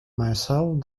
myself